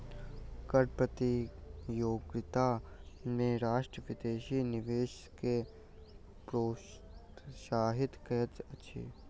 कर प्रतियोगिता में राष्ट्र विदेशी निवेश के प्रोत्साहित करैत अछि